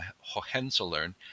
Hohenzollern